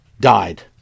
died